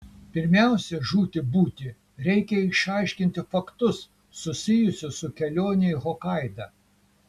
pirmiausia žūti būti reikia išaiškinti faktus susijusius su kelione į hokaidą